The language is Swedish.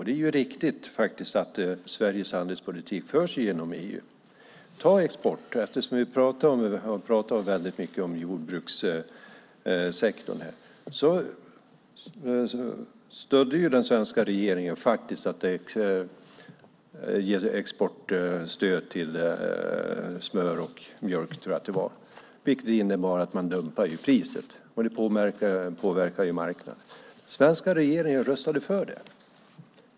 Det är riktigt att Sveriges handelspolitik förs genom EU. Se på exporten. Vi talar mycket om jordbrukssektorn här. Den svenska regeringen stödde faktiskt att man skulle ge exportstöd till smör och mjölk, tror jag att det var, vilket innebar att man dumpade priset. Det påverkar ju marknaden. Svenska regeringen röstade för det.